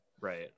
right